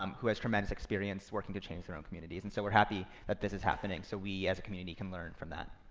um who has tremendous experience working to change their own communities. and so we're happy that this is happening, so we as a community can learn from that.